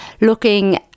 looking